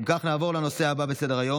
אם כך, נעבור לנושא הבא בסדר-היום,